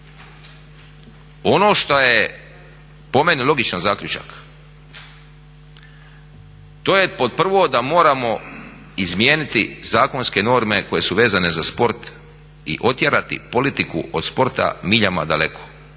Ono što je po meni logičan zaključak to je pod prvo da moramo izmijeniti zakonske norme koje su vezane za sport i otjerati politiku od sporta miljama daleko.